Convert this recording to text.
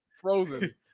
Frozen